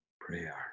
prayer